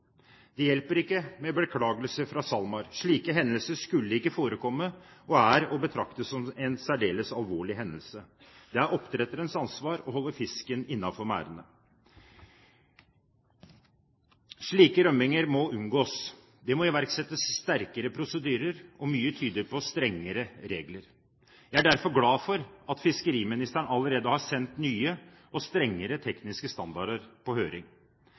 Det hjelper ikke med beklagelse fra SalMar. Slike hendelser skulle ikke forekomme og er å betrakte som særdeles alvorlige. Det er oppdretterens ansvar å holde fisken innenfor merdene. Slike rømminger må unngås. Det må iverksettes sterkere prosedyrer og mye tyder også på strengere regler. Jeg er derfor glad for at fiskeriministeren allerede har sendt forslag om nye og strengere tekniske standarder ut på